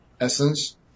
essence